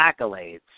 accolades